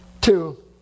Two